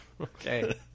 Okay